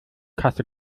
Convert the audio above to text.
kasse